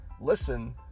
listen